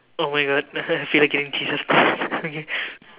oh my god feel like getting cheeses okay